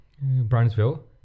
Brownsville